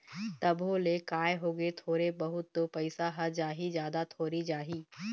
तभो ले काय होगे थोरे बहुत तो पइसा ह जाही जादा थोरी जाही